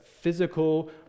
physical